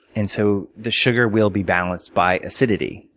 and so the sugar will be balanced by acidity.